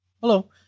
hello